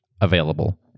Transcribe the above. available